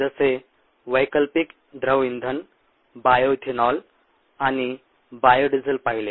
जसे वैकल्पिक द्रव इंधन बायो इथेनॉल आणि बायो डिझेल पाहिले